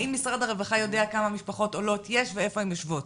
האם משרד הרווחה יודע כמה משפחות עולות יש ואיפה הן יושבות